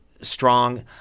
strong